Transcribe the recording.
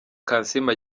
kansiime